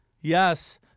Yes